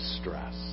stress